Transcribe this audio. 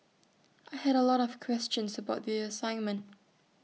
I had A lot of questions about the assignment